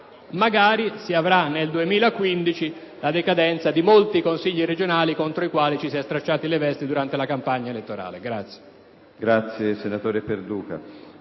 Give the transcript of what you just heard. avrà magari nel 2015 la decadenza di molti Consigli regionali contro i quali ci si è stracciati le vesti durante la campagna elettorale.